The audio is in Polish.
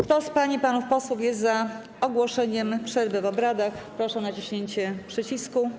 Kto z pań i panów posłów jest za ogłoszeniem przerwy w obradach, proszę o naciśnięcie przycisku.